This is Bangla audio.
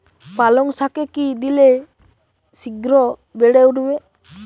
পালং শাকে কি দিলে শিঘ্র বেড়ে উঠবে?